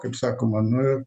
kaip sakoma nu ir